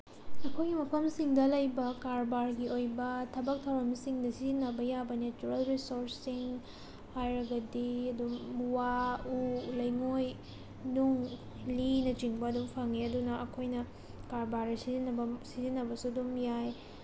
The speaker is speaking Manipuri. ꯑꯩꯈꯣꯏꯒꯤ ꯃꯐꯝꯁꯤꯡꯗ ꯂꯩꯕ ꯀꯔꯕꯥꯔꯒꯤ ꯑꯣꯏꯕ ꯊꯕꯛ ꯊꯧꯔꯝꯁꯤꯡꯗ ꯁꯤꯖꯤꯟꯅꯕ ꯌꯥꯕ ꯅꯦꯆꯔꯦꯜ ꯔꯤꯁꯣꯔꯁꯁꯤꯡ ꯍꯥꯏꯔꯒꯗꯤ ꯑꯗꯨꯝ ꯋꯥ ꯎ ꯂꯩꯉꯣꯏ ꯅꯨꯡ ꯂꯤꯅꯆꯤꯡꯕ ꯑꯗꯨꯝ ꯐꯪꯏ ꯑꯗꯨꯅ ꯑꯩꯈꯣꯏꯅ ꯀꯔꯕꯥꯔꯗ ꯁꯤꯖꯤꯟꯅꯕꯁꯨ ꯑꯗꯨꯝ ꯌꯥꯏ